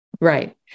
Right